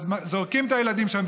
אז זורקים את הילדים שלכם.